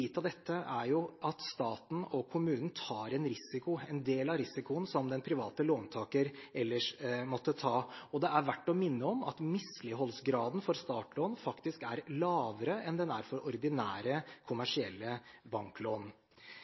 av dette er at staten og kommunen tar en del av risikoen som den private låntaker ellers måtte ta. Det er verdt å minne om at misligholdgraden for startlån faktisk er lavere enn for ordinære, kommersielle banklån.